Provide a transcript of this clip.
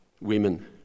Women